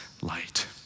light